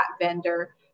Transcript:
vendor